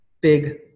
big